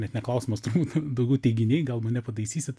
net ne klausimas turbūt daugiau teiginiai gal mane pataisysit